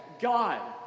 God